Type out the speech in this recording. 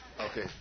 Okay